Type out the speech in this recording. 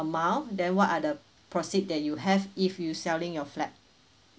amount then what are the proceed that you have if you selling your flat